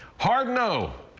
hard no.